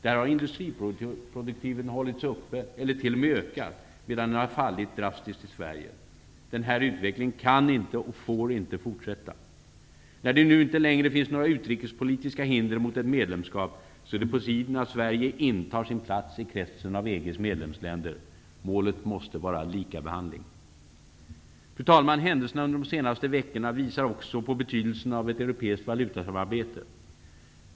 Där har industriproduktionen hållits uppe, eller t.o.m. ökat, medan den har fallit drastiskt i Sverige. Den här utvecklingen kan inte och får inte fortsätta. När det nu inte längre finns några utrikespolitiska hinder mot ett medlemskap, är det på tiden att Sverige intar sin plats i kretsen av EG:s medlemsländer. Målet måste vara likabehandling. Fru talman! Händelserna under de senaste veckorna visar också på betydelsen av ett europeiskt valutasamarbete.